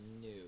new